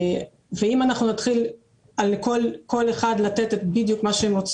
אם נתחיל לתת פיצויים לכל אחד בדיוק כמו שהוא מבקש